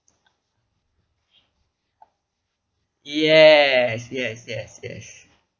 yes yes yes yes